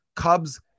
Cubs